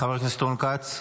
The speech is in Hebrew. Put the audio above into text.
חבר הכנסת רון כץ,